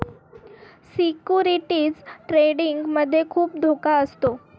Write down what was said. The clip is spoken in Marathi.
सिक्युरिटीज ट्रेडिंग मध्ये खुप धोका असतो